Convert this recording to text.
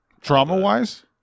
Trauma-wise